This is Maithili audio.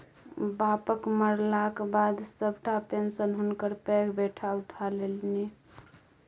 बापक मरलाक बाद सभटा पेशंन हुनकर पैघ बेटा उठा लेलनि